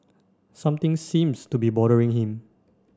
something seems to be bothering him